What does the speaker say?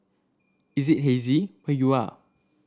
is it hazy where you are